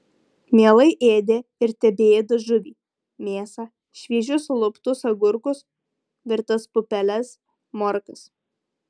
mielai ėdė ir tebeėda žuvį mėsą šviežius luptus agurkus virtas pupeles morkas